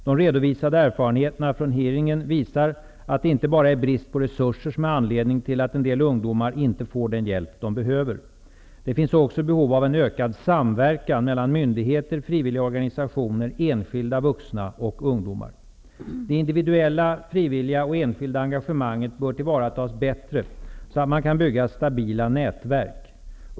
De redovisade erfarenheterna från hearingen visar att det inte bara är brist på resurser som är anledning till att en del ungdomar inte får den hjälp de behöver. Det finns också behov av en ökad samverkan mellan myndigheter, frivilliga organisationer, enskilda vuxna och ungdomar. Det individuella, frivilliga och enskilda engagemanget bör tillvaratas bättre så att man kan bygga stabila nätverk.